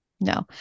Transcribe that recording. No